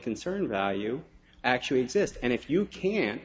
concern value actually exist and if you can